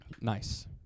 Nice